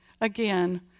again